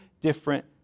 different